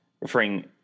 referring